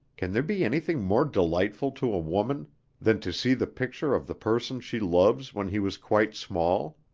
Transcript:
can there be anything more delightful to a woman than to see the picture of the person she loves when he was quite small?